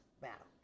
battle